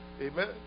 Amen